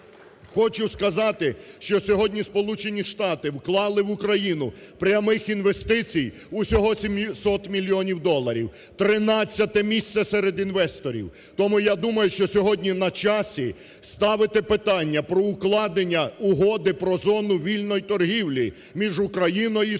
Хочу сказати, що сьогодні Сполучені Штати вклали в Україну прямих інвестицій усього 700 мільйонів доларів, 13 місце серед інвесторів. Тому, я думаю, що сьогодні на часі ставити питання про укладення угоди про зону вільної торгівлі між Україною і